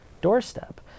doorstep